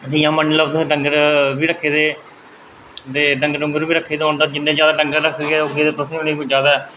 जियां मन्नी लैओ तुसें डंगर बी रक्खे दे ते जिन्ने जादा डंगर रक्खे दे होगे तुसेंगी उन्नी जादै